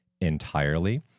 entirely